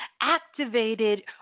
activated